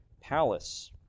palace